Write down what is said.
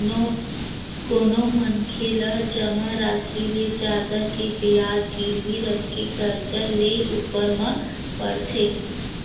कोनो मनखे ला जमा रासि ले जादा के बियाज गिरवी रखके करजा लेय ऊपर म पड़थे